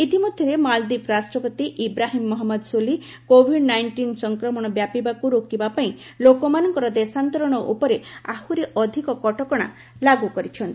ଇତିମଧ୍ୟରେ ମାଳଦ୍ୱୀପ ରାଷ୍ଟ୍ରପତି Ibrahim Mohamed Solih Covid nineteen ସଂକ୍ରମଣ ବ୍ୟାପିବାକୁ ରୋକିବା ପାଇଁ ଲୋକମାନଙ୍କର ଦେଶାନ୍ତରଣ ଉପରେ ଆହୁରି ଅଧିକ କଟକଣା ଲାଗୁ କରିଛନ୍ତି